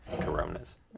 Coronas